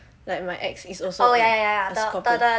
like my ex is also a scorpio